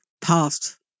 past